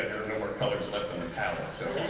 no more colors left on the palette. so,